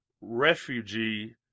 refugee